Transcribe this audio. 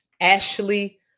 Ashley